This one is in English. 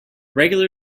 regular